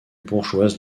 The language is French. bourgeoise